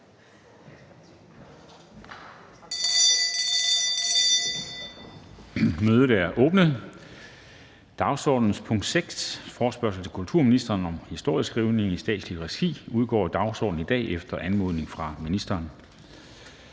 Mødet er åbnet. Dagsordenens punkt 6, forespørgsel til kulturministeren om historieskrivning i statsligt regi, udgår af dagsordenen i dag efter anmodning fra ministeren.